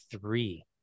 three